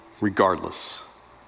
regardless